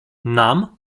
nam